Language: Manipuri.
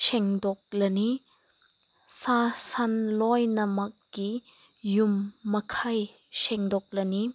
ꯁꯦꯡꯗꯣꯛꯂꯅꯤ ꯁꯥ ꯁꯟ ꯂꯣꯏꯅꯃꯛꯀꯤ ꯌꯨꯝ ꯃꯈꯩ ꯁꯦꯡꯗꯣꯛꯂꯅꯤ